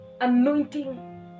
anointing